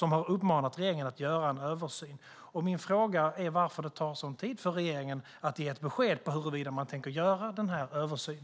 De har uppmanat regeringen att göra en översyn. Min fråga är: Varför tar det sådan tid för regeringen att ge ett besked om huruvida man tänker göra en sådan översyn?